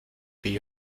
will